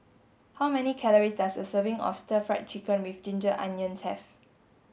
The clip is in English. how many calories does a serving of stir fried chicken with ginger onions have